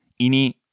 Ini